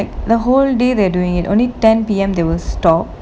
like the whole day they're doing it only ten P_M there will stop